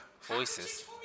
voices